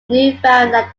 newfoundland